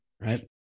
Right